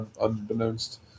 unbeknownst